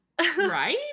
right